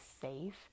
safe